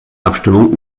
abstimmung